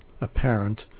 apparent